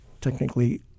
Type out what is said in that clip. technically